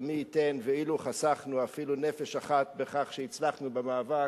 ומי ייתן ונחסוך אפילו נפש אחת בכך שהצלחנו במאבק,